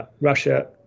Russia